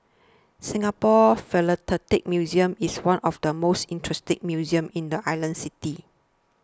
Singapore Philatelic Museum is one of the most interesting museums in the island city